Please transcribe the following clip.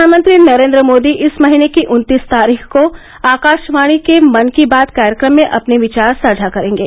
प्रधानमंत्री नरेंद्र मोदी इस महीने की उन्तीस तारीख को आकाशवाणी के मन की बात कार्यक्रम में अपने विचार साझा करेंगे